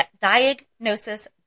Diagnosis